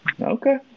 Okay